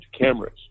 cameras